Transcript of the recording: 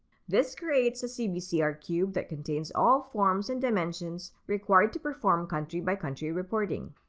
this creates a cbcr cube that contains all forms and dimensions required to perform country by country reporting.